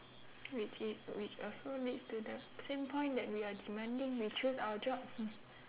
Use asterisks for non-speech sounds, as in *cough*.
which is which also leads to the same point that we are demanding we choose our jobs *laughs*